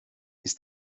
ist